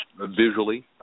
visually